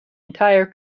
entire